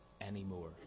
anymore